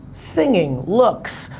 singing, looks,